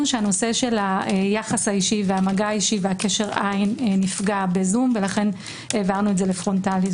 שהנושא של היחס האישי וקשר העין נפגע בזום ולכן העברנו את זה לפרונטלי.